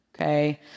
okay